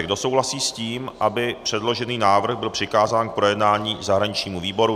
Kdo tedy souhlasí s tím, aby předložený návrh byl přikázán k projednání zahraničnímu výboru?